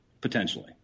Potentially